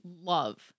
love